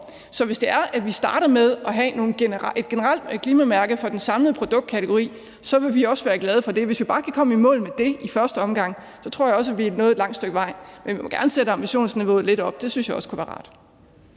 Så hvis det er, vi starter med at have et generelt klimamærke for den samlede produktkategori, vil vi også være glade for det. Hvis vi bare kan komme i mål med det i første omgang, tror jeg også, at vi er nået et langt stykke af vejen. Men vi må gerne sætte ambitionsniveauet lidt op. Det synes jeg også kunne være rart.